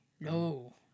No